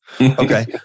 Okay